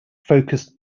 focused